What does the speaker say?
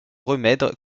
remède